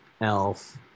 elf